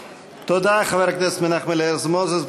תודה, חבר הכנסת מנחם אליעזר מוזס.